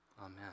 Amen